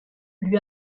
lui